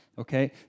okay